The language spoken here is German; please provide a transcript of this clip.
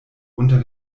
unter